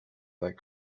that